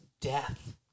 death